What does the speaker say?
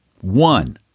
One